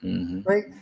right